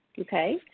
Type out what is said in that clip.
Okay